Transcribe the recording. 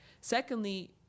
Secondly